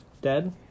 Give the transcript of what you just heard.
Dead